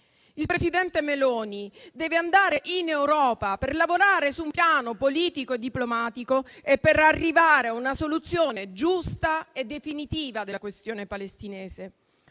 Il presidente Meloni deve andare in Europa per lavorare su un piano politico e diplomatico per arrivare a una soluzione giusta e definitiva della questione palestinese: